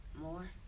more